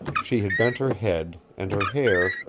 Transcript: she had bent her head, and her hair,